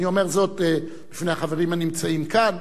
אני אומר זאת בפני החברים הנמצאים כאן,